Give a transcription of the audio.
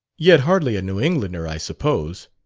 yet hardly a new englander, i suppose?